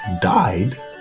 died